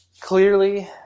Clearly